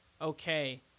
okay